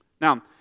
Now